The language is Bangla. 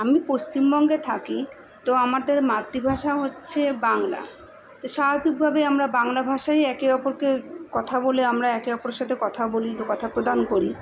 আমি পশ্চিমবঙ্গে থাকি তো আমাদের মাতৃভাষা হচ্ছে বাংলা তো স্বাভাবিকভাবে আমরা বাংলা ভাষাই একে অপরকে কথা বলে আমরা একে অপরের সাথে কথা বলি বা কথা প্রদান করি